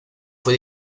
fue